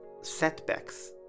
setbacks